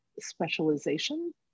specialization